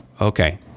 okay